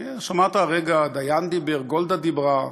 שמעת הרגע שדיין דיבר וגולדה דיברה,